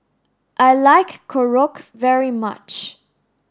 I like Korokke very much